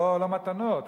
לא מתנות,